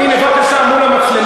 כמובן, הנה, בבקשה, מול המצלמות.